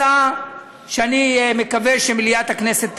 היא הצעה שאני מקווה שמליאת הכנסת תאשר,